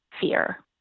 fear